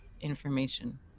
information